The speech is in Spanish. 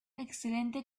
excelente